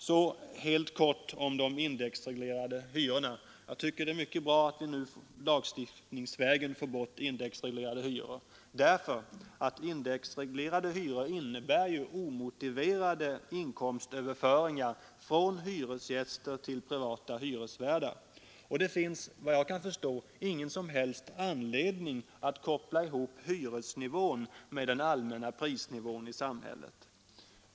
Så helt kort om de indexreglerade hyrorna. Jag tycker att det är mycket bra att vi nu lagstiftningsvägen får bort indexreglerade hyror, eftersom sådana hyror innebär omotiverade inkomstöverföringar från hyresgäster till privata hyresvärdar. Det finns efter vad jag kan förstå ingen som helst anledning att koppla ihop hyresnivån med den allmänna prisnivån i samhället.